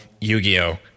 Yu-Gi-Oh